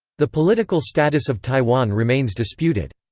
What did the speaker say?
the political status of taiwan remains disputed.